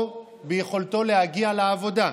או ביכולתו להגיע לעבודה.